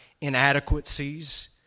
inadequacies